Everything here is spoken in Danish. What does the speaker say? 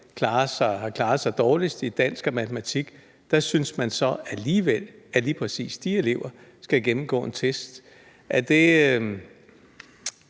har klaret sig dårligst i dansk og matematik, synes man så alligevel at eleverne skal gennemgå en test.